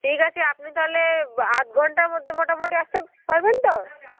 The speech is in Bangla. ঠিক আছে আপনি তাহলে আধ ঘন্টার মধ্যে মোটামোটি আসতে পারবেন তো